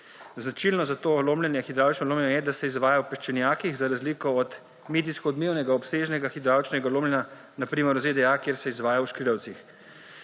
Značilno za to hidravlično lomljenje je, da se izvajajo peščenjaki, za razliko od medijsko odmevnega obsežnega hidravličnega lomljenja, na primer v ZDA, kjer se izvaja v škrilavcih.